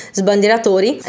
sbandieratori